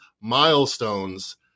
milestones